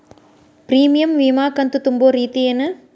Premium ವಿಮಾ ಕಂತು ತುಂಬೋ ರೇತಿ ಏನು?